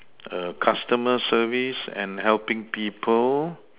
err customer service and helping people